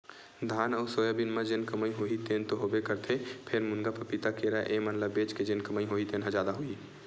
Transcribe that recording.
धान अउ सोयाबीन म जेन कमई होही तेन तो होबे करथे फेर, मुनगा, पपीता, केरा ए मन ल बेच के जेन कमई होही तेन ह जादा होही